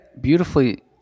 Beautifully